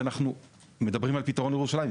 אנחנו מדברים על פתרון לירושלים,